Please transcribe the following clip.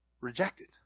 Rejected